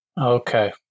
Okay